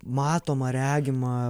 matomą regimą